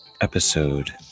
Episode